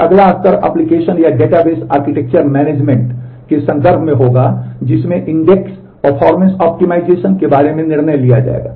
फिर अगला स्तर एप्लिकेशन के बारे में निर्णय लिया जाएगा